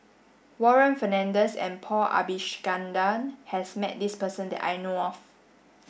Warren Fernandez and Paul Abisheganaden has met this person that I know of